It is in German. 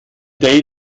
date